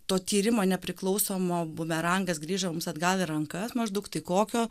to tyrimo nepriklausomo bumerangas grįžo mums atgal į rankas maždaug tai kokio